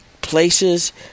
places